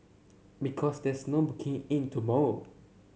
because there's no booking in tomorrow